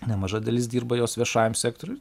nemaža dalis dirba jos viešajam sektoriui